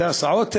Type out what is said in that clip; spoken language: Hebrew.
את ההסעות האלה,